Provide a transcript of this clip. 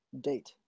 date